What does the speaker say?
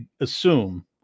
assume